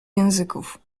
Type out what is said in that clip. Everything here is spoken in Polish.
języków